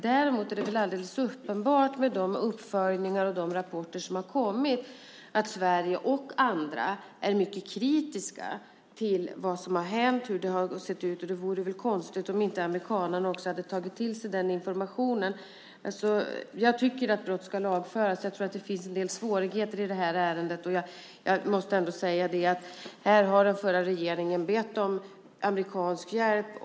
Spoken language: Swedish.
Däremot är det alldeles uppenbart av de uppföljningar och rapporter som har kommit att Sverige och andra är mycket kritiska till vad som har hänt. Det vore väl konstigt om inte också amerikanerna hade tagit till sig den informationen. Jag tycker att brott ska lagföras, men jag tror att det finns en del svårigheter att göra det i det här ärendet. Den förra regeringen bad förhållandevis snabbt om amerikansk hjälp.